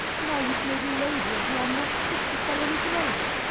now you've made a lady of me i'm not fit to sell anything else.